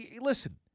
listen